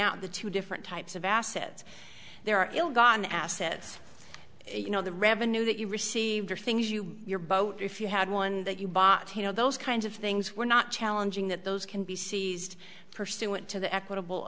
out the two different types of assets there are ill gotten assets you know the revenue that you received or things you your boat if you had one that you bought you know those kinds of things were not challenging that those can be seized pursuant to the equitable